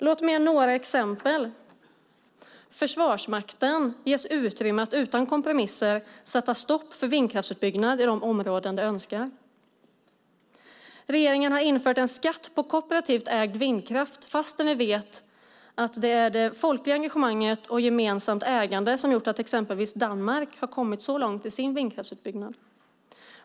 Låt mig ge några exempel. Försvarsmakten ges utrymme att utan kompromisser sätta stopp för vindkraftsutbyggnad i de områden de önskar. Regeringen har infört en skatt på kooperativt ägd vindkraft fastän vi vet att det är det folkliga engagemanget och det gemensamma ägandet som har gjort att exempelvis Danmark har kommit så långt i sin vindkraftsutbyggnad.